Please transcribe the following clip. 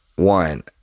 One